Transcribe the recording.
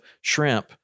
shrimp